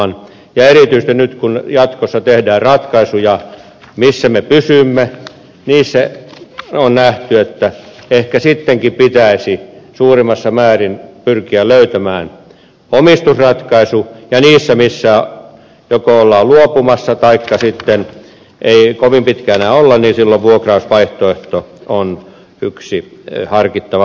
erityisesti nyt kun jatkossa tehdään ratkaisuja siitä missä me pysymme niissä on nähty että ehkä sittenkin pitäisi suuremmassa määrin pyrkiä löytämään omistusratkaisu ja niissä mistä joko ollaan luopumassa taikka missä sitten ei kovin pitkään enää olla vuokrausvaihtoehto on yksi harkittava vaihtoehto